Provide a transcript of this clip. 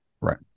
Right